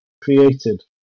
created